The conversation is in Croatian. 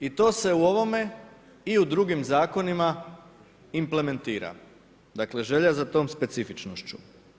I to se u ovome i u drugim zakonima implementiram, dakle, želja za tom specifičnosti.